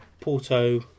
Porto